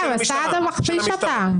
סליחה, אבל סעדה מכפיש אותם.